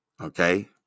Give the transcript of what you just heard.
okay